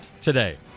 today